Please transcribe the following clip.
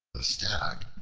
the stag,